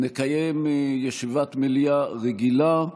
נקיים ישיבת מליאה רגילה.